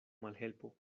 malhelpo